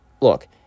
look